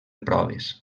proves